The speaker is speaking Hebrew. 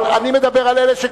אבל אני מדבר על אלה,